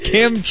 Kim